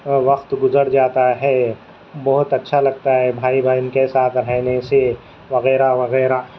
وقت گزر جاتا ہے بہت اچھا لگتا ہے بھائی بہن کے ساتھ رہنے سے وغیرہ وغیرہ